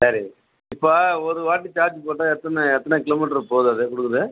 சரி இப்போ ஒரு வாட்டி சார்ஜ் போட்டால் எத்தனை எத்தனை கிலோமீட்டர் போகுது அது கொடுக்குது